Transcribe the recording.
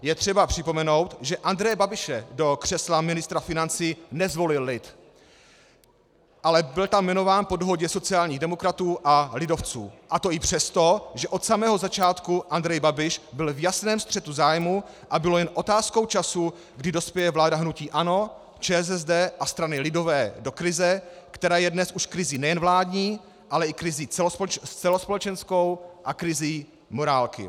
Je třeba připomenout, že Andreje Babiše do křesla ministra financí nezvolil lid, ale byl tam jmenován po dohodě sociálních demokratů a lidovců, a to i přesto, že od samého začátku Andrej Babiš byl v jasném střetu zájmu a bylo jen otázkou času, kdy dospěje vláda hnutí ANO, ČSSD a strany lidové do krize, která je dnes už krizí nejen vládní, ale i krizí celospolečenskou a krizí morálky.